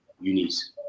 unis